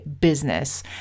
business